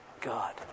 God